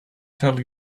tell